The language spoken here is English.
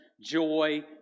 joy